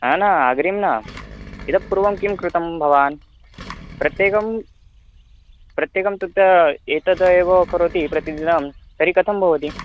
आ न अग्रिमं न इतः पूर्वं किं कृतं भवान् प्रत्येकं प्रत्येकं तत् एतदेव करोति प्रतिदिनं तर्हि कथं भवति